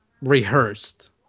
rehearsed